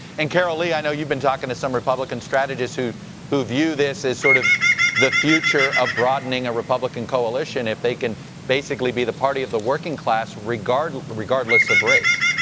and carol lee, i know you have been talking to some republican strategists who who view this as sort of the future of broadening a republican collision if they can basically be the party of the working class, regardless regardless of race.